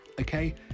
okay